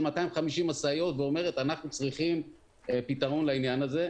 250 משאיות ואומרת "אנחנו צריכים פתרון לעניין הזה",